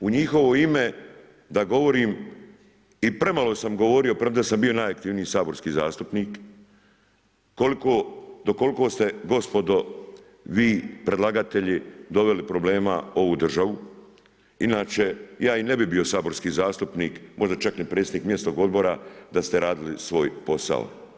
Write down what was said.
U njihovo ime da govorim i premalo sam govorio, premda sam bio najaktivniji saborski zastupnik, do koliko ste gospodo vi predlagatelji doveli problema ovu državu, inače ja i ne bi bio saborski zastupnik, možda čak ni predsjednik mjesnog odbora, da ste radili svoj posao.